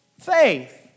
faith